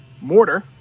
mortar